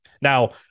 Now